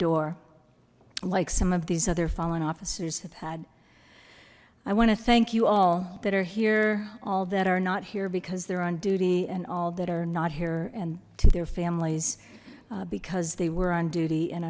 door like some of these other fallen officers have had i want to thank you all that are here all that are not here because they're on duty and all that are not here and to their families because they were on duty and